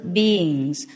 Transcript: beings